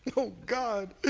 oh, god,